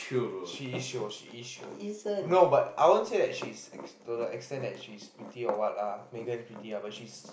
she is chio she is chio no but I won't say that she's ex~ to the extent that she's pretty or what lah Megan pretty ah but she's